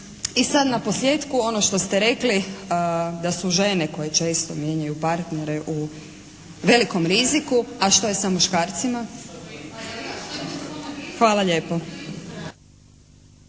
I sad naposlijetku ono što ste rekli da su žene koje često mijenjaju partnere u velikom riziku. A što je sa muškarcima? Hvala lijepo.